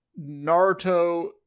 Naruto